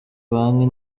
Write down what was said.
banki